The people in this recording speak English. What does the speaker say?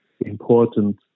important